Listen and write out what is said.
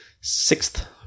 sixth